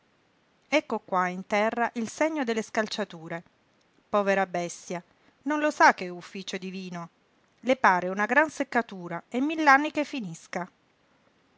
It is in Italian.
ecco qua in terra il segno delle scalciature povera bestia non lo sa che è ufficio divino le pare una gran seccatura e mill'anni che finisca